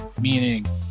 meaning